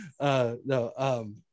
No